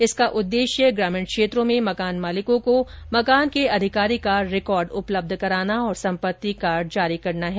इसका उद्देश्य ग्रामीण क्षेत्रों में मकान मालिकों को मकान के अधिकारी का रिकार्ड उपलब्ध कराना और संपत्ति कार्ड जारी करना है